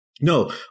no